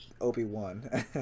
Obi-Wan